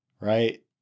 right